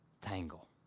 tangle